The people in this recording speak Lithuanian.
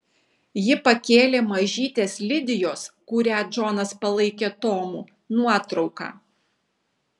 ji pakėlė mažytės lidijos kurią džonas palaikė tomu nuotrauką